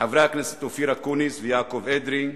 חברי הכנסת אופיר אקוניס ויעקב אדרי.